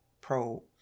pro